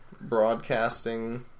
broadcasting